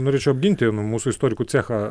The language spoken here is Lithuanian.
norėčiau apginti nu mūsų istorikų cechą